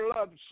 Love